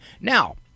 Now